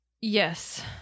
Yes